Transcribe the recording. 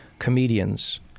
comedians